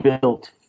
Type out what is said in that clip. built